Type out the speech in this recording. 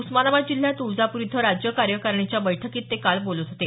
उस्मानाबाद जिल्ह्यात तुळजापूर इथं राज्य कार्यकारीणीच्या बैठकीत ते बोलत होते